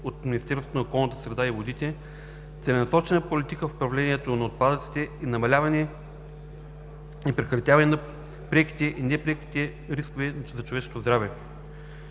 от Министерството на околната среда и водите, целенасочена политика в управлението на отпадъците, намаляване и прекратяване на преките и непреките рискове за човешкото здраве.